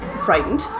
frightened